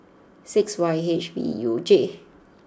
six Y H V U J